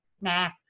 nah